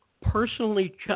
personally